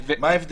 אבל בדיון הבא